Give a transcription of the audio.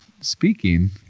speaking